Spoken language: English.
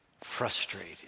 frustrated